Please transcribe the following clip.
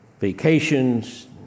vacations